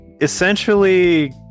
essentially